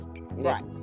Right